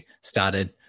started